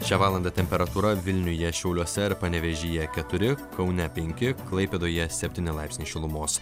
šią valandą temperatūra vilniuje šiauliuose ir panevėžyje keturi kaune penki klaipėdoje septyni laipsniai šilumos